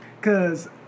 cause